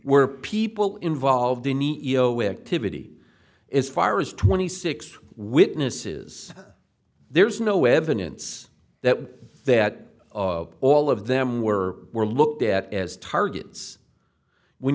were people involved in e e o activity is far is twenty six witnesses there is no evidence that that all of them were were looked at as targets when